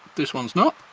this one's not,